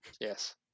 Yes